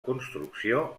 construcció